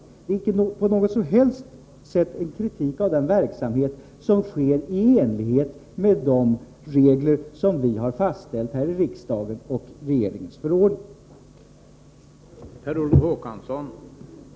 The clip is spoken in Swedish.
Detta innebär inte på något sätt en kritik av den verksamhet som sker i enlighet med de regler som vi har fastställt här i riksdagen och de förordningar som regeringen har utfärdat.